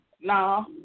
no